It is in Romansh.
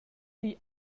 digl